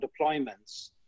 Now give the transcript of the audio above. deployments